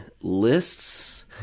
lists